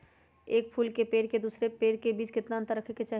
एक फुल के पेड़ के दूसरे पेड़ के बीज केतना अंतर रखके चाहि?